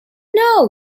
know